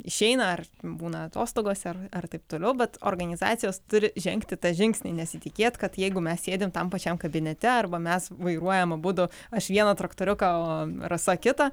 išeina ar būna atostogose ar ar taip toliau bet organizacijos turi žengti tą žingsnį nesitikėt kad jeigu mes sėdim tam pačiam kabinete arba mes vairuojam abudu aš vieną traktoriuką rasa kitą